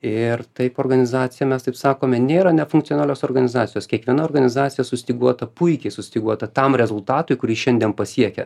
ir taip organizacija mes taip sakome nėra nefunkcionalios organizacijos kiekviena organizacija sustyguota puikiai sustyguota tam rezultatui kurį šiandien pasiekia